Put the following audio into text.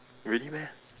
really meh